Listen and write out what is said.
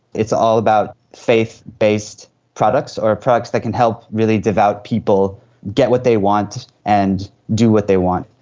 it's all about faith-based products or products that can help really devout people get what they want and do what they want.